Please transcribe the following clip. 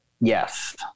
Yes